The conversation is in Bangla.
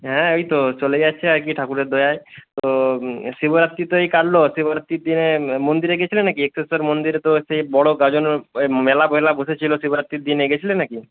হ্যাঁ এই তো চলে যাচ্ছে আর কি ঠাকুরের দয়ায় তো শিবরাত্রি তো এই কাটলো শিবরাত্রিতে মন্দিরে গিয়েছিলে না কি এক্কেশ্বর মন্দিরে তো সেই বড়ো গাজনের এ মেলা ফেলা বসেছিলো শিবরাত্রির দিনে গেছিলে না কি